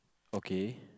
okay